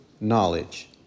knowledge